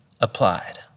applied